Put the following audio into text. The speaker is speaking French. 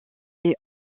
est